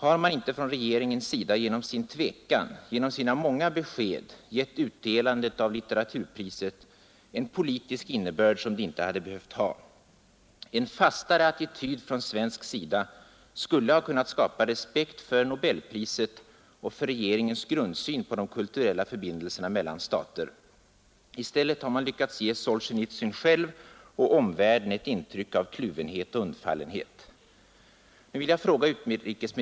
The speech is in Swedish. Har man inte från regeringens sida genom sin tvekan, genom sina många besked, gett utdelandet av litteraturpriset en politisk innebörd det inte hade behövt få? En fastare attityd från svensk sida skulle ha kunnat skapa respekt både för nobelpriset och för regeringens grundsyn på de kulturella förbindelserna mellan stater, I stället har man lyckats ge Solsjenitsyn själv och omvärlden ett intryck av kluvenhet och undfallenhet.